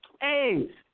hey